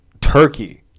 turkey-